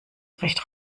recht